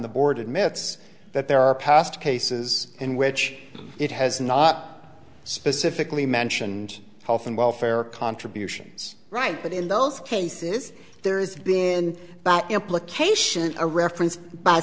the board admits that there are past cases in which it has not specifically mentioned health and welfare contributions right but in those cases there's been no implication a reference by